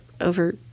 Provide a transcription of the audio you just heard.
over